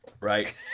Right